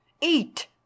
Eat